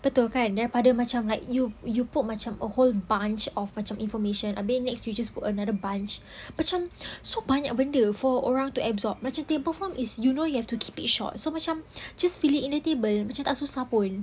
betulkan daripada macam nak then macam like you you poke macam a whole bunch of macam information abeh next you just put another bunch macam so banyak benda for orang to absorb macam table form is you know you have to keep it short so macam just fill it in a table macam tak susah pun